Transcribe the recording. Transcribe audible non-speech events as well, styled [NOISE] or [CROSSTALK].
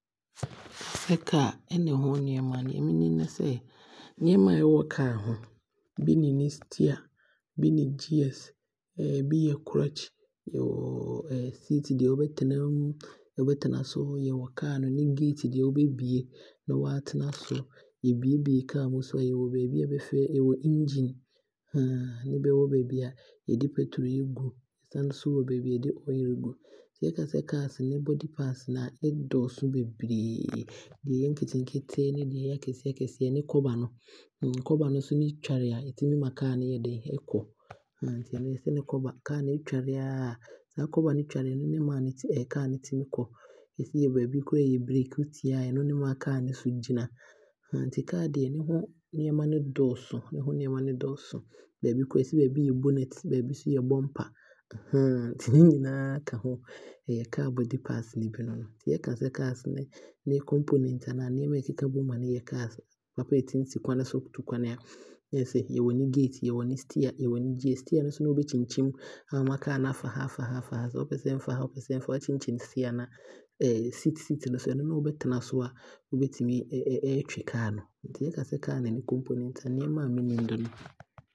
[HESITATION] sɛ bɛkasɛ car ɛne ho nneɛma a nea menim ne sɛ nneɛma a ɛwɔ car ho no, bi ne ne stear, bi ne gears [HESITATION] ɛbi yɛ clutch, yɛwɔ seat deɛ wobɛtena mu, deɛ wobɛtena so, yɛwɔ car no gate nea wobɛbue na waatena ase. Yɛbue bue car mu nso a yɛwɔ baabi a bɛfrɛ no, yɛwɔ engine [HESITATION] ne yɛwɔ baabi a bɛde petrol egu, san nso wɔ baabi a Yɛde oil ɛgu. Yɛka sɛ car he body parts a ɛdɔɔso beberee. Deɛ ɛyɛ nketenkete ne deɛ ɔyɛ akɛseɛ akɛseɛ ne cobber. Cobber he nso ne tware a ɛtumi ma car no ɛkɔ, [HESITATION] nti ɛno yɛse ne cobber. Car he ɛtware aa na cobber no tware aa ɛne ne ma car no tumi kɔ. Yɛse yɛwɔ baabi a ɛyɛ Break, wotia Break a ɛno ne ma car no so gyina. [HESITATION] Nti car deɛ ho nneɛma he dɔɔso, ne ho nneɛma he dɔɔso. Baabi koraa yɛse baabi yɛ bonnet, baabi nso yɛ bomper [HESITATION] nti ne nyinaa ka ho, ɛyɛ car body parts he bi nom. Nti yɛka sɛ cars ne components anaa nneɛma a ɛkeka bom ma he yɛ car papa a ɛtumi si kwane so tu kwane a kyerɛ sɛ yɛwɔ ne gate, yɛwɔ ne stear, yɛwɔ ne gears. Stear he ne wobɛkyinkyin aama car he aafa ha aafa ha anaa sɛ wopɛsɛ ɛmfa ha a wokyinkyim stear no a [HESITATION] seat seat no nso ɛno ne wobɛtena so a wobɛtumi aatwi car no. Nti yɛka sɛ car ne ne components a nneɛma a menim nie.